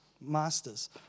masters